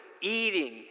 eating